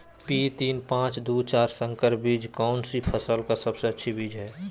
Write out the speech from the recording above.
P तीन पांच दू चार संकर बीज कौन सी फसल का सबसे अच्छी बीज है?